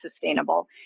sustainable